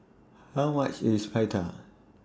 How much IS Pita